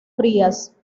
frías